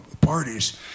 parties